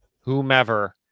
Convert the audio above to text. whomever